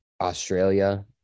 Australia